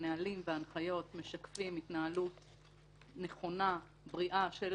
הנהלים וההנחיות משקפים התנהלות נכונה ובריאה של